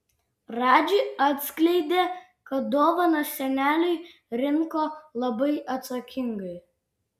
radži atskleidė kad dovaną seneliui rinko labai atsakingai